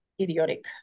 idiotic